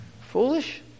Foolish